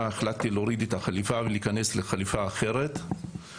החלטתי להוריד את החליפה ולהיכנס לחליפה אחרת.